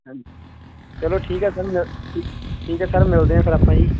ਹਾਂਜੀ ਚਲੋ ਠੀਕ ਹੈ ਸਰ ਠੀਕ ਹੈ ਸਰ ਮਿਲਦੇ ਆ ਫਿਰ ਆਪਾਂ ਜੀ